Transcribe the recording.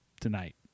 tonight